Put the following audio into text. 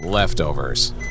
Leftovers